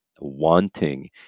wanting